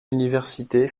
université